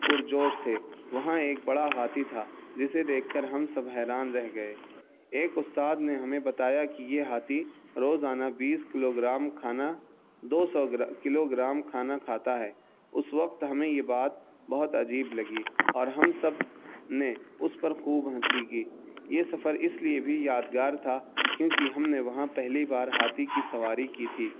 پرجوش تھے وہاں ایک بڑا ہاتھی تھا جسے دیکھ کر ہم سب حیران رہ گئے ایک استاد نے ہمیں بتایا کہ یہ ہاتھی روزانہ بیس کلو گرام کھانا دو سو کلو گرام کھانا کھاتا ہے اس وقت ہمیں یہ بات بہت عجیب لگی اور ہم سب نے اس پر خوب ہنسی کی یہ سفر اس لیے بھی یادگار تھا کیونکہ ہم نے وہاں پہلی بار ہاتھی کی سواری کی تھی